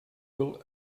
google